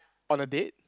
on a date